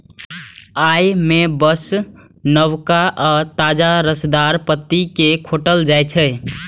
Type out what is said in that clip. अय मे बस नवका आ ताजा रसदार पत्ती कें खोंटल जाइ छै